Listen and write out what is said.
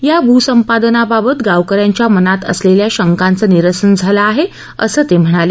या भूसंपादनाबाबत गावक यांच्या मनात असलेल्या शंकांचं निरसन झालं आहे असं ते म्हणाले